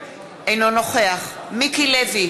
אינו נוכח מיקי לוי, בעד